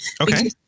Okay